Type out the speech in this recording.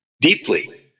deeply